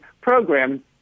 program